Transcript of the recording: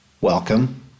Welcome